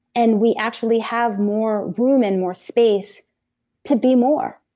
and we actually have more room and more space to be more